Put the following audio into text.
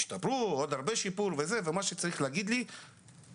אך יש לי קשר עם חזי ומה שצריך אגיד לו בפנים.